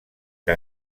que